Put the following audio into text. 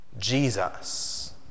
Jesus